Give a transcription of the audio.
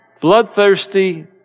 bloodthirsty